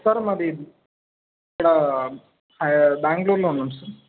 sir మాది ఇక్కడ హై బెంగళూరులో ఉన్నాం సార్